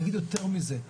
אני אגיד יותר מזה,